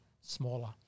smaller